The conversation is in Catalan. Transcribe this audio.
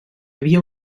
havia